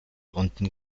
unten